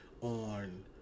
on